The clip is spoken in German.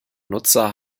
nutzer